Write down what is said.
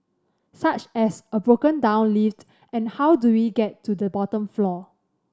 such as a broken down lift and how do we get to the bottom floor